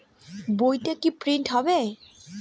বইটা কি প্রিন্ট হবে?